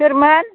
सोरमोन